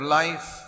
life